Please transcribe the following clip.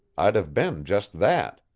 i'd have been just that.